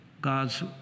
God's